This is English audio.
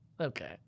Okay